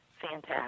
fantastic